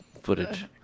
footage